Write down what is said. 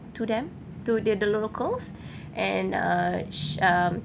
to them to their the locals and uh sh~ um